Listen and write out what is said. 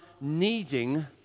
needing